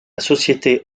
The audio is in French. société